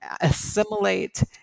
assimilate